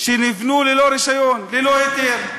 שנבנו ללא רישיון, ללא היתר.